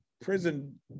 prison